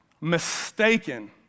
mistaken